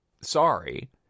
sorry